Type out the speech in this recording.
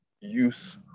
use